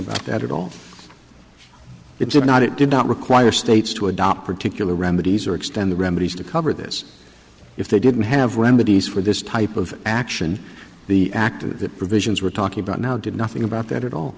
about that at all it's not it did not require states to adopt particular remedies or extend the remedies to cover this if they didn't have remedies for this type of action the act of the provisions we're talking about now did nothing about that at all